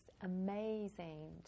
amazing